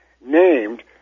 named